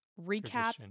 recap